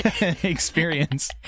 experience